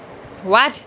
what